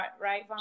right